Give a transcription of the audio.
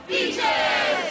Beaches